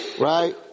right